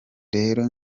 rero